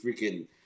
freaking